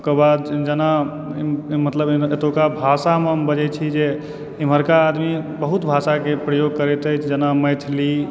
ओकर बाद जेना मतलब एतुका भाषामे हम बजए छी जे इमहरका आदमी बहुत भाषाके प्रयोग करैत अछि जेना मैथिली